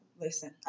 Listen